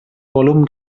volum